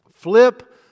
flip